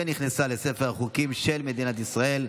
ותיכנס לספר החוקים של מדינת ישראל.